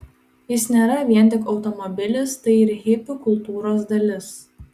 jis nėra vien tik automobilis tai ir hipių kultūros dalis